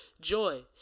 Joy